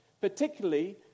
Particularly